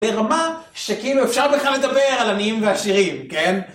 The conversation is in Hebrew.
ברמה שכאילו אפשר בכלל לדבר על עניים ועשירים, כן?